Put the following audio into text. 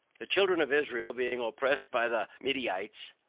the children of israel being oppressed by the midianites,